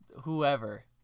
whoever